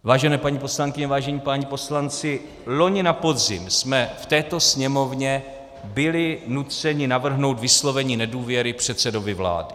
Vážené paní poslankyně, vážení páni poslanci, loni na podzim jsme v této Sněmovně byli nuceni navrhnout vyslovení nedůvěry předsedovi vlády.